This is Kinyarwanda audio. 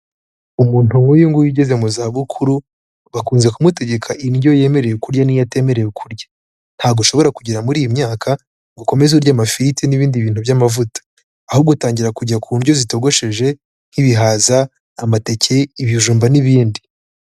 Umuntu nk'uyu nguyu ugeze mu zabukuru, bakunze kumutegeka indyo yemerewe kurya n'iyo atemerewe kurya. Ntabwo ushobora kugera muri iyi myaka, ngo ukomeze urye amafiriti n'ibindi bintu by'amavuta, ahubwo utangira kujya ku ndyo zitogosheje, nk'ibihaza, amateke, ibijumba n'ibindi.